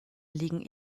liegen